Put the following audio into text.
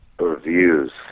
reviews